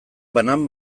banan